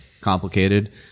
complicated